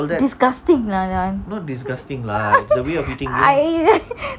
disgusting lah that I